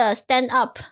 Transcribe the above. stand-up